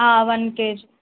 one KG